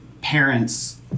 parents